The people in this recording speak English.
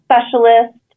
specialist